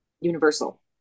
universal